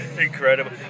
Incredible